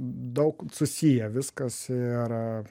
daug susiję viskas ir